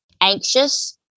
anxious